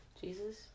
Jesus